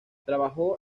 trabajó